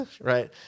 Right